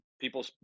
people